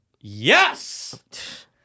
Yes